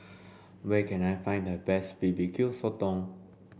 where can I find the best barbecue sotong